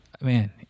man